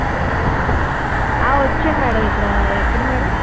వచ్చాం మ్యాడమ్ ఇక్కడ ఎక్కడ మ్యాడమ్